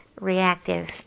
reactive